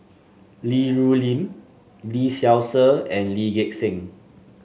Li Rulin Lee Seow Ser and Lee Gek Seng